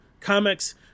Comics